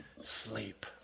sleep